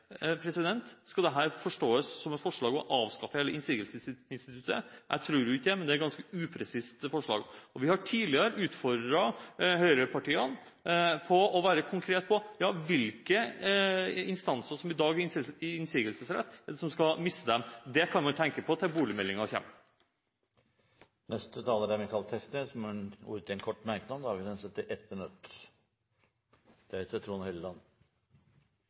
handlefrihet. Skal dette forstås som et forslag om å avskaffe hele innsigelsesinstituttet? Jeg tror ikke det, men det er et ganske upresist forslag, og vi har tidligere utfordret høyrepartiene på å være konkrete på hvilke instanser det er som i dag har innsigelsesrett, som skal miste den? Det kan man tenke på til boligmeldingen kommer. Representanten Michael Tetzschner har hatt ordet to ganger tidligere og får ordet til en kort merknad, begrenset til 1 minutt.